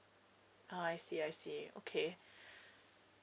oh I see I see okay